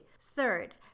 Third